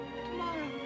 tomorrow